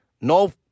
No